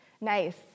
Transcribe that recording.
Nice